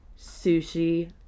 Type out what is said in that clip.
sushi